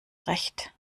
recht